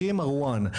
אחי מרואן,